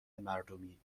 مردمی